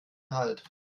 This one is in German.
halt